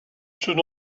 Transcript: should